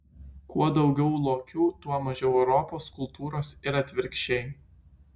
kuo daugiau lokių tuo mažiau europos kultūros ir atvirkščiai